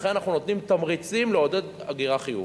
לכן אנחנו נותנים תמריצים לעודד הגירה חיובית,